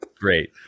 great